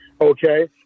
okay